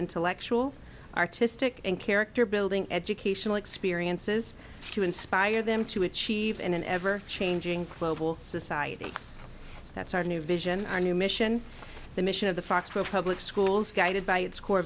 intellectual artistic and character building educational experiences to inspire them to achieve in an ever changing clothes society that's our new vision our new mission the mission of the fox to a public schools guided by its core